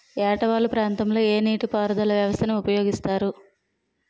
ఏట వాలు ప్రాంతం లొ ఏ నీటిపారుదల వ్యవస్థ ని ఉపయోగిస్తారు?